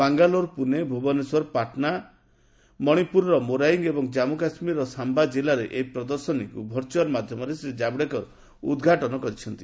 ବାଙ୍ଗାଲୋର ପୁନେ ଭୁବନେଶ୍ୱର ପାଟନା ପୁଣିପୁରର ମୋଇରାଙ୍ଗ ଏବଂ ଜାମ୍ପୁ କାଶ୍ମୀରର ସାମ୍ଭା ଜିଲ୍ଲାରେ ଏହି ପ୍ରଦର୍ଶନୀକୁ ଭର୍ଚୁଆଲ ମାଧ୍ୟମରେ ଶ୍ରୀ ଜାବଡେକର ଉଦ୍ଘାଟନ କରିଛନ୍ତି